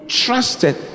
trusted